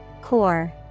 Core